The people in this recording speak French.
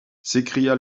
s’écria